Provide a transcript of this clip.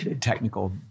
technical